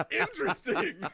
interesting